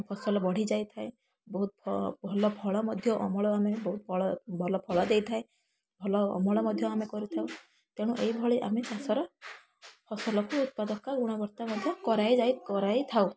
ଫସଲ ବଢ଼ିଯାଇଥାଏ ବହୁତ ଫ ଭଲ ଫଳ ମଧ୍ୟ ଅମଳ ଆମେ ବହୁତ ଫଳ ଭଲ ଫଳ ଦେଇଥାଏ ଭଲ ଅମଳ ମଧ୍ୟ ଆମେ କରୁଥାଉ ତେଣୁ ଏଇଭଳି ଆମେ ଚାଷ ର ଫସଲକୁ ଉତ୍ପାଦକା ଗୁଣବର୍ତ୍ତା ମଧ୍ୟ କରାଇ ଯାଇ କରାଇ ଥାଉ